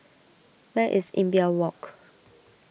where is Imbiah Walk